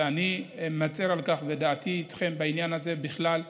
ואני מצר על כך, ודעתי איתכם בעניין הזה בכלל,